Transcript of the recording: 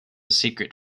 secret